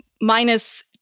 minus